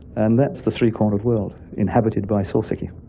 and that's the three-cornered world inhabited by soseki,